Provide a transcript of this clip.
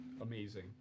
amazing